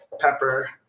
pepper